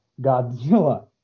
Godzilla